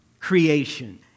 creation